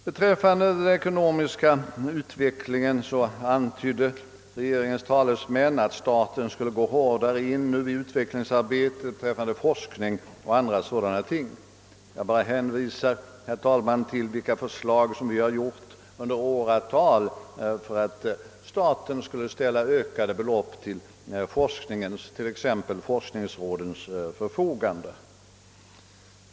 Beträffande den ekonomiska utvecklingen antydde regeringens talesmän att staten nu hårdare skulle inrikta sig på utvecklingsarbetet inom = forskningen och andra sådana områden. Jag vill bara hänvisa till de förslag, som vi under åratal lagt fram om att staten skulle ställa ökade belopp till förfogande för forskningen, t.ex. genom forskningsråden.